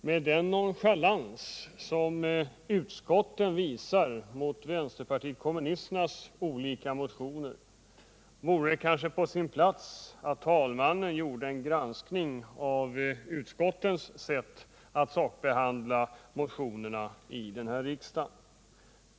Med den nonchalans som utskotten visar mot vänsterpartiet kommunisternas olika motioner vore det på sin plats att talmannen gjorde en granskning av utskottens sätt att sakbehandla motioner i denna riksdag.